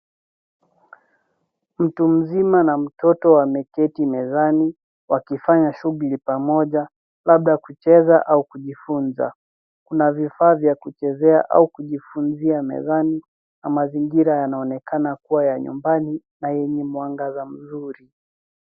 Mtu mzima na mtoto wameketi mezani wakifanya shughuli pamoja, labda kucheza au kujifunza. Kuna vifaa vya kuchezea au kujifunzia mezani na mazingira yanaonekana kuwa ya nyumbani na yenye mwangaza mzuri.